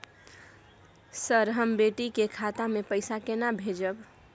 Sir, हम बेटी के खाता मे पैसा केना भेजब?